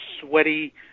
sweaty